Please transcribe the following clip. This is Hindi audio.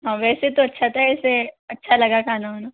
हाँ वैसे तो अच्छा था ऐसे अच्छा लगा खाना वाना